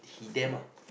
he damn ah